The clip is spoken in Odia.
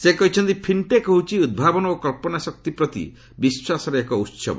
ସେ କହିଛନ୍ତି ଫିଣ୍ଟେକ ହେଉଛି ଉଦ୍ଭାବନ ଓ କଚ୍ଚନା ଶକ୍ତି ପ୍ରତି ବିଶ୍ୱାସର ଏକ ଉତ୍ସବ